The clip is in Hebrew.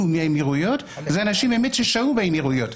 מהאמירויות הם אנשים שבאמת שהו באמירויות.